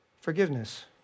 Forgiveness